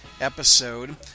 episode